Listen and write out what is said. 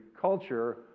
culture